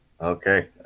Okay